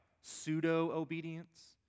pseudo-obedience